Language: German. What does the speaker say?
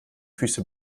füße